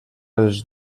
els